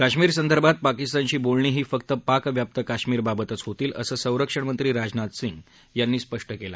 काश्मीरसंदर्भात पाकिस्तानशी बोलणी ही फक्त पाकव्याप्त काश्मीरबाबतच होतील असं संरक्षणमंत्री राजनाथ सिंग यांनी स्पष्ट केलं